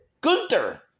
Gunther